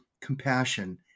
compassion